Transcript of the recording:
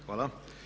Hvala.